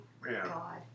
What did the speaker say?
God